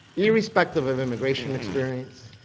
irrespective of immigration experience,